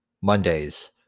Mondays